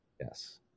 Yes